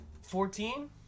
Fourteen